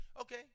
Okay